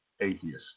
Atheist